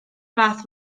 fath